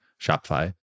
Shopify